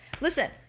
Listen